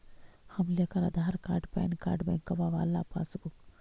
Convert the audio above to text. हम लेकर Aadhaar card PAN card बैंकवा वाला पासबुक?